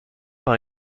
par